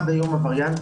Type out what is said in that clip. עד היום הווריאנטים,